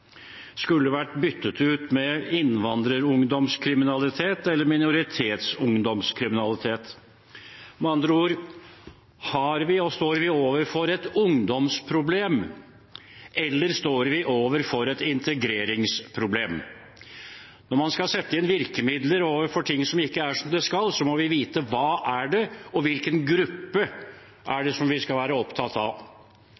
skulle vært byttet ut med «innvandrerungdomskriminalitet» eller «minoritetsungdomskriminalitet». Med andre ord: Står vi overfor et ungdomsproblem, eller står vi overfor et integreringsproblem? Når man skal sette inn virkemidler overfor noe som ikke er som det skal, må vi vite hva det er, og hvilken gruppe